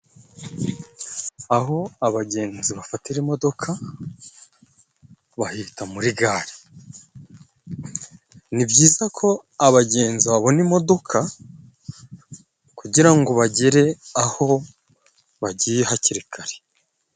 Aho abagenzi bafatira imodoka, bahita muri gare, ni byiza ko abagenzi babona imodoka, kugirango bagere aho bagiye hakiri kare.